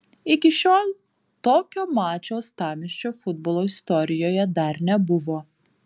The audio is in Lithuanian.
iki šiol tokio mačo uostamiesčio futbolo istorijoje dar nebuvo